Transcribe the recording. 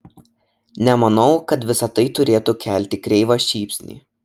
nemanau kad visa tai turėtų kelti kreivą šypsnį